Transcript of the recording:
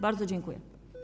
Bardzo dziękuję.